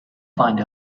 find